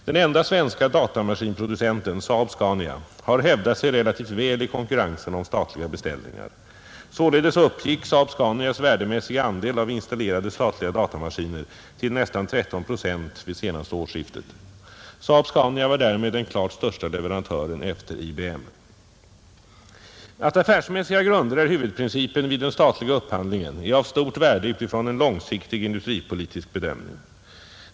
Den enda svenska datamaskinproducenten, SAAB-Scania, har hävdat sig relativt väl i konkurrensen om statliga beställningar. Således uppgick SAAB-Scanias värdemässiga andel av installerade statliga datamaskiner till nästan 13 procent vid senaste årsskiftet. SAAB-Scania var därmed den klart största leverantören efter IBM. Att affärsmässiga grunder är huvudprincipen vid den statliga upphandlingen är av stort värde utifrån en långsiktig industripolitisk bedömning.